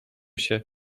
się